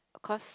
cause